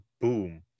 boom